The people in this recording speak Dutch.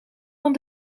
van